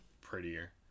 prettier